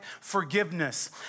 forgiveness